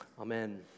Amen